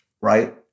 right